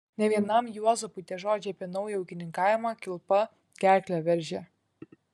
ne vienam juozapui tie žodžiai apie naują ūkininkavimą kilpa gerklę veržė